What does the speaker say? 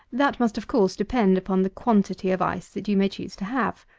that must, of course, depend upon the quantity of ice that you may choose to have.